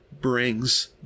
brings